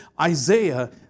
Isaiah